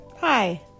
Hi